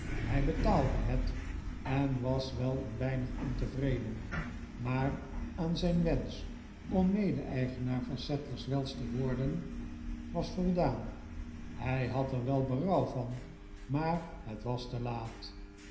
hij betaalde het en was wel een weinig ontevreden maar aan zijn wensch om mede eigenaar van sadlerswells te worden was voldaan hij had er wel berouw van maar het was te laat